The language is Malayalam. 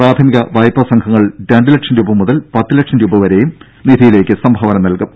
പ്രാഥമിക വായ്പാ സംഘങ്ങൾ രണ്ട് ലക്ഷം രൂപ മുതൽ പത്ത് ലക്ഷം രൂപ വരെയും നിധിയിലേക്ക് സംഭാവന നൽകും